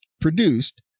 produced